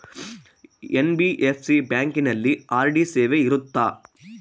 NBFC ಬ್ಯಾಂಕಿನಲ್ಲಿ RD ಸೇವೆ ಇರುತ್ತಾ?